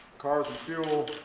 cars and fuel,